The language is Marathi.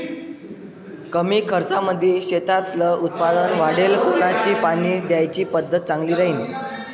कमी खर्चामंदी शेतातलं उत्पादन वाढाले कोनची पानी द्याची पद्धत चांगली राहीन?